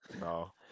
No